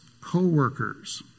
co-workers